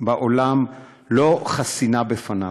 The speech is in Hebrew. בעולם לא חסינה בפניו.